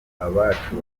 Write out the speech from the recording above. abacu